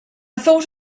thought